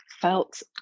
felt